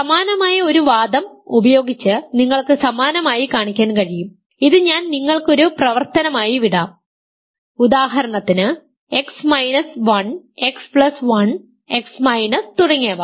സമാനമായ ഒരു വാദം ഉപയോഗിച്ച് നിങ്ങൾക്ക് സമാനമായി കാണിക്കാൻ കഴിയും ഇത് ഞാൻ നിങ്ങൾക്ക് ഒരു പ്രവർത്തനമായി വിടാം ഉദാഹരണത്തിന് X 1 X1 X തുടങ്ങിയവ